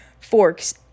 forks